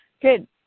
good